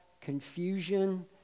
confusion